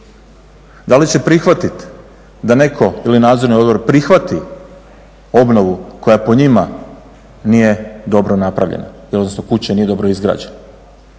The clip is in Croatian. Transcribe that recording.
Da li će prihvatit da netko ili Nadzorni odbor prihvati obnovu koja po njima nije dobro napravljena, odnosno kuća nije dobro izgrađena.